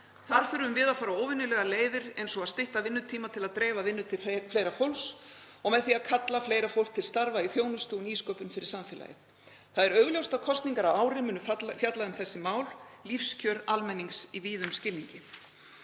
Þar þurfum við að fara óvenjulegar leiðir eins og að stytta vinnutíma til að dreifa vinnu til fleira fólks og með því að kalla fleira fólk til starfa í þjónustu og nýsköpun fyrir samfélagið. Það er augljóst að kosningar að ári munu fjalla um þessi mál, lífskjör almennings í víðum skilningi.